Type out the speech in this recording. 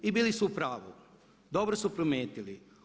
I bili su u pravu, dobro su primijetili.